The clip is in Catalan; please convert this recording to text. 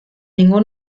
ningú